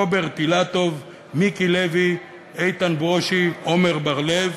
רוברט אילטוב, מיקי לוי, איתן ברושי, עמר בר-לב.